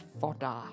fodder